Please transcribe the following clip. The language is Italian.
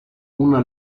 una